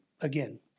again